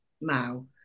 now